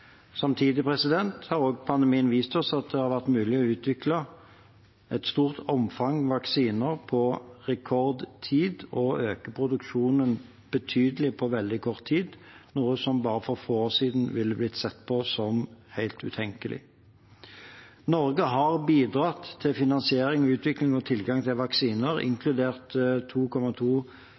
har også pandemien vist oss at det har vært mulig å utvikle et stort omfang vaksiner på rekordtid og øke produksjonen betydelig på veldig kort tid, noe som bare for få år siden ville blitt sett på som helt utenkelig. Norge har bidratt til finansiering, utvikling og tilgang til vaksiner, inkludert